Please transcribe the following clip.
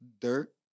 dirt